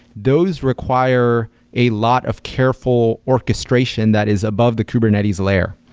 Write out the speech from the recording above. those require a lot of careful orchestration that is above the kubernetes layer.